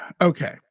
okay